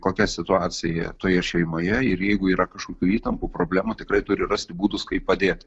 kokia situacija toje šeimoje ir jeigu yra kažkokių įtampų problemų tikrai turi rasti būdus kaip padėti